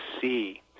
see